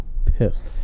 pissed